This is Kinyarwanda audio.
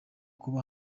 kuba